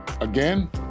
Again